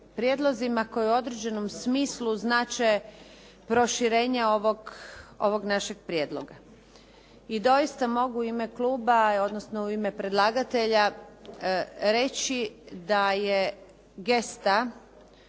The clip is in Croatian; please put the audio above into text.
prijedlozima koji u određenom smislu znače proširenje ovog našeg prijedloga. I doista mogu u ime kluba, odnosno u ime predlagatelja reći da je gesta